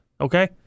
Okay